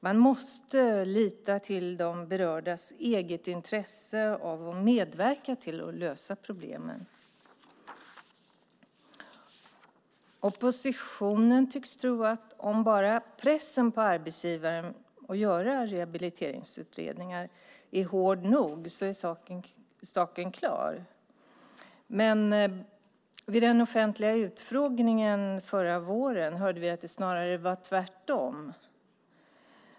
Man måste lita till de berördas eget intresse av att medverka till att lösa problemen. Oppositionen tycks tro att om bara pressen på arbetsgivaren att göra rehabiliteringsutredningar är hård nog så är saken klar. Men vid den offentliga utfrågningen förra våren hörde vi att det snarare är tvärtom.